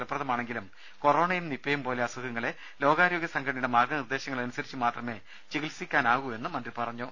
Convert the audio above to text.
ഫലപ്രദമാണെങ്കിലും കൊറോണയും നിപ്പയും പോലെ അസുഖങ്ങളെ ലോകാരോഗ്യ സംഘടനയുടെ മാർഗ നിർദ്ദേശങ്ങളനുസരിച്ച് മാത്രമേ ചികിത്സിക്കാനാകുവെന്നും മന്ത്രി പറഞ്ഞു